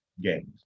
games